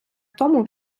тому